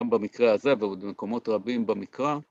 גם במקרה הזה, ועוד במקומות רבים במקרא.